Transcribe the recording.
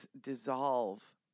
dissolve